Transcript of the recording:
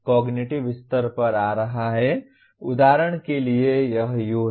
cognitive स्तर पर आ रहा है उदाहरण के लिए यह U है